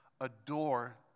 adore